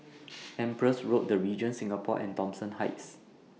Empress Road The Regent Singapore and Thomson Heights